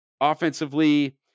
Offensively